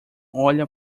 olha